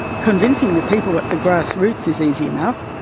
convincing the people at the grass roots is easy enough,